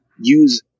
use